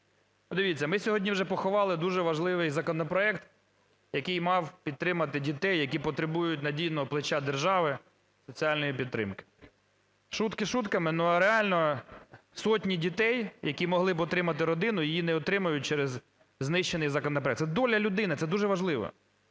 Подивіться, ми сьогодні вже поховали дуже важливий законопроект, який мав підтримати дітей, які потребують надійного плеча держави, соціальної підтримки. Шутки шутками, но реально сотні дітей, які могли б отримати родину, її не отримають через знищений законопроект. Це доля людини, це дуже важливо.